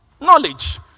knowledge